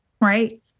right